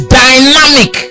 dynamic